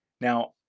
Now